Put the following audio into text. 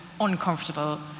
uncomfortable